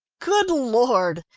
good lord!